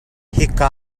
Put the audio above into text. hika